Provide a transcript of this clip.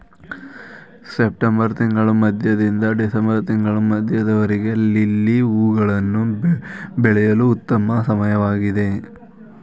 September ತಿಂಗಳ ಮಧ್ಯದಿಂದ December ತಿಂಗಳ ಮಧ್ಯದವರೆಗೆ ಲಿಲ್ಲಿ ಹೂವುಗಳನ್ನು ಬೆಳೆಯಲು ಉತ್ತಮ ಸಮಯವಾಗಿದೆ